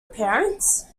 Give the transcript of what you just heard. parents